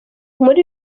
muri